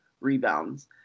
rebounds